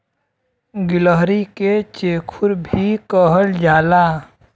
गिलहरी के चेखुर भी कहल जाला